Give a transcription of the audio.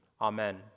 Amen